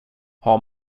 har